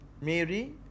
mary